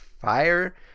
fire